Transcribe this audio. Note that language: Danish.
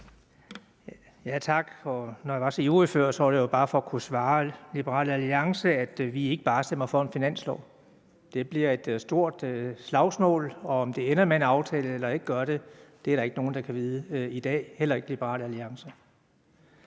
Tak. Når jeg var så ivrig før, var det jo bare for at kunne svare Liberal Alliance, at vi ikke bare stemmer for en finanslov; det bliver et stort slagsmål, og om det ender med en aftale, eller det ikke gør det, er der ikke nogen, der kan vide i dag, heller ikke Liberal Alliance.